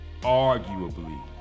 arguably